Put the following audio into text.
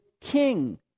king